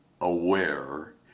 aware